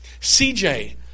CJ